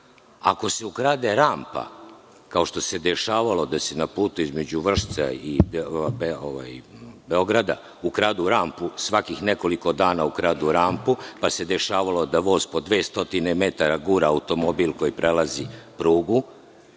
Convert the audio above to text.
Ako se ukrade rampa, kao što se dešavalo da se na putu između Vršca i Beograda ukrade rampa svakih nekoliko dana, pa se dešavalo da voz po 200 metara gura automobil koji prevozi prugu